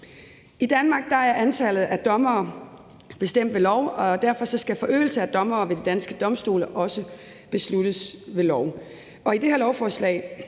I Danmark er antallet af dommere bestemt ved lov, og derfor skal forøgelse af dommere ved de danske domstole også besluttes ved lov.